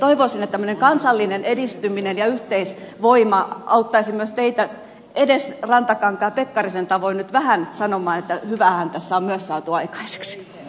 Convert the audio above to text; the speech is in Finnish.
toivoisin että tämmöinen kansallinen edistyminen ja yhteisvoima auttaisi myös teitä edes rantakankaan ja pekkarisen tavoin nyt vähän sanomaan että hyväähän tässä on myös saatu aikaiseksi